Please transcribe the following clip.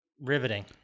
Riveting